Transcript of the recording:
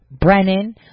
Brennan